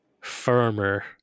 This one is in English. firmer